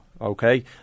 okay